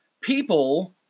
people